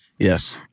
Yes